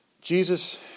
Jesus